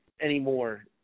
anymore